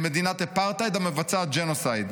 למדינת אפרטהייד המבצעת ג'נוסייד.